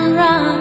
run